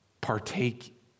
partake